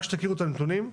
רק שתכירו את הנתונים: